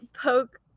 poke